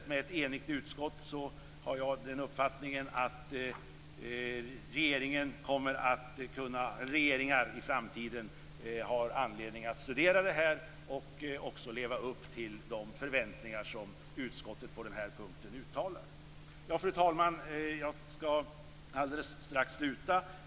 Med ett enigt utskott har jag den uppfattningen att regeringar i framtiden har anledning att studera detta och också leva upp till de förväntningar som utskottet på den här punkten uttalar. Fru talman! Jag skall alldeles strax avsluta.